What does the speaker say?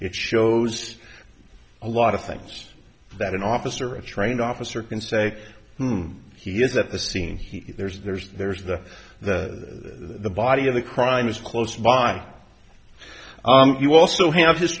it shows a lot of things that an officer a trained officer can say he is at the scene he there's there's there's the the body of the crime is close by you also have his